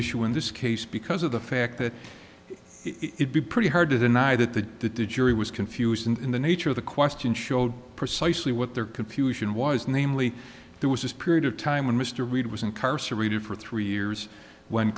issue in this case because of the fact that it be pretty hard to deny that the jury was confused in the nature of the question showed precisely what their confusion was namely there was this period of time when mr reed was incarcerated for three years when